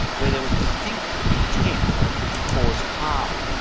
where there was distinct intent to cause harm.